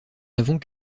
avons